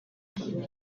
ahubwo